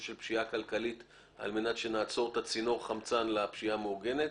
של פשיעה כלכלית על מנת שנעצור את צינור החמצן לפשיעה המאורגנת.